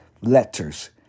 letters